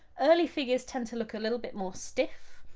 early figures tend to look a little bit more stiff,